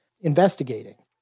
investigating